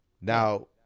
Now